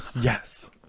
Yes